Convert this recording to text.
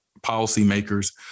policymakers